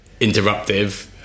interruptive